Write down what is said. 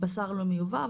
בשר לא מיובא,